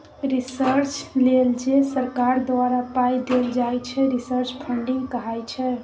research लेल जे सरकार द्वारा पाइ देल जाइ छै रिसर्च फंडिंग कहाइ छै